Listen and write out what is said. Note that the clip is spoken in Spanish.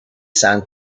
san